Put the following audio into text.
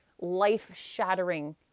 life-shattering